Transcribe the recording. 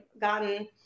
gotten